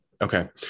Okay